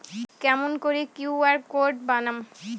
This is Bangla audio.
কেমন করি কিউ.আর কোড বানাম?